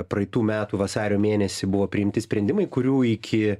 praeitų metų vasario mėnesį buvo priimti sprendimai kurių iki